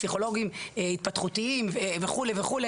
פסיכולוגים התפתחותיים וכו',